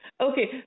Okay